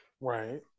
right